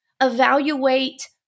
Evaluate